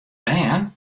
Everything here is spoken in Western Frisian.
bern